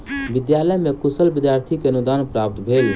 विद्यालय में कुशल विद्यार्थी के अनुदान प्राप्त भेल